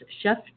Chef